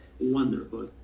wonderful